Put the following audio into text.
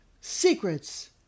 Secrets